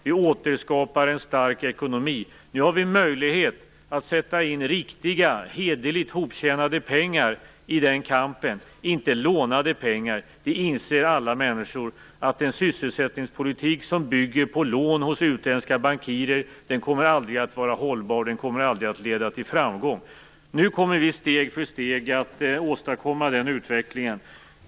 Vi återskapar en stark ekonomi. Nu har vi möjlighet att sätta in riktiga, hederligt hoptjänade pengar i den kampen, inte lånade pengar. Alla människor inser att en sysselsättningspolitik som bygger på lån hos utländska bankirer aldrig kommer att vara hållbar och leda till framgång. Nu kommer vi steg för steg att åstadkomma denna utveckling.